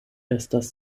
estas